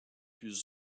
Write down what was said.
plus